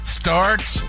starts